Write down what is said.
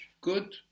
Good